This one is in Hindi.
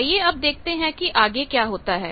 आइए अब देखते हैं कि आगे क्या होता है